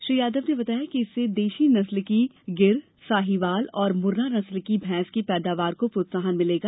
श्री यादव ने बताया कि इससे देशी नस्ल की गिर थारपारकर साहीवाल और मुर्रा नस्ल की भैंस की पैदावार को प्रोत्साहन मिलेगा